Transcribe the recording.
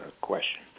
question